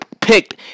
picked